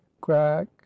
crack